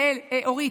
אורית,